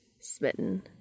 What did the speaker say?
Smitten